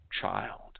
child